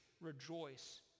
rejoice